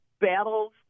battles